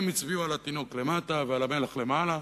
הם הצביעו על התינוק למטה ועל המלח למעלה,